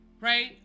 right